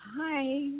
hi